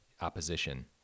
opposition